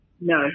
No